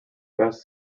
best